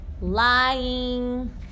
lying